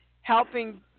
helping